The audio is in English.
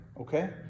okay